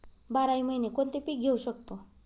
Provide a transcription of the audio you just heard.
बाराही महिने कोणते पीक घेवू शकतो?